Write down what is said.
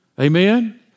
Amen